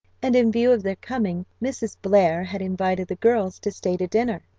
and in view of their coming mrs. blair had invited the girls to stay to dinner.